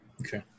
Okay